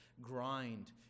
grind